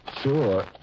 Sure